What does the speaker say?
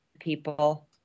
people